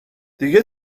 دیگه